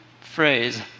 phrase